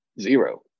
zero